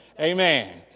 Amen